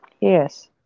Yes